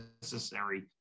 necessary